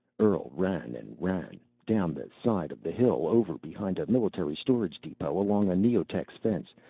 earl ran and ran, down the side of the hill, over behind a military storage depot, along a neotex fence,